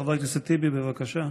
חבר הכנסת טיבי, בבקשה.